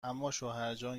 اماشوهرجان